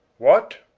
what?